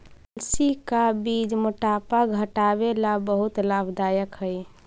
अलसी का बीज मोटापा घटावे ला बहुत लाभदायक हई